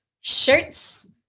shirts